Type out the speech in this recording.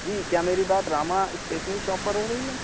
جی کیا میری بات راما اسٹیشنری شاپ پر ہو رہی ہیں